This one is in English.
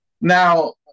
Now